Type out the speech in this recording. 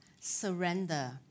surrender